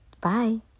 Bye